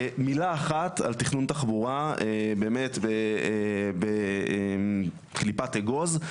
מילה אחת על תכנון תחבורה באמת בקליפת אגוז,